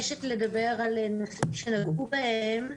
על נושאים שנגעו בהם.